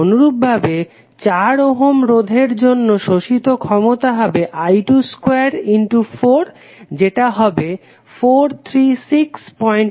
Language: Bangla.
অনুরূপভাবে 4 ওহম রোধের জন্য শোষিত ক্ষমতা হবে I22 এবং সেতা হবে 43681 ওয়াট